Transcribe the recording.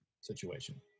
situation